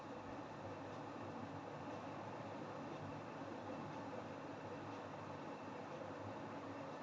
जीवन प्रमाण पोर्टल से Jeevan Pramaan app download कर अपनी उंगलियों के निशान जमा करना होता है